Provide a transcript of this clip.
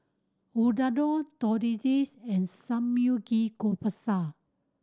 Unadon Tortillas and